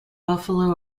buffalo